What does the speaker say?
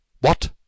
What